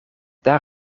daar